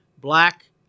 black